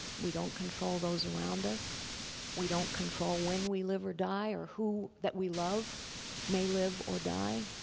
we don't control those around us we don't control when we live or die or who that we love may live or die.